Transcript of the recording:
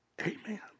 Amen